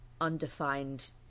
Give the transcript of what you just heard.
undefined